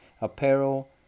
apparel